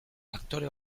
aktore